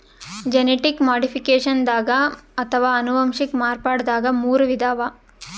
genetic ಮಾಡಿಫಿಕೇಷನ್ದಾಗ್ ಅಥವಾ ಅನುವಂಶಿಕ್ ಮಾರ್ಪಡ್ದಾಗ್ ಮೂರ್ ವಿಧ ಅವಾ